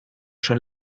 schon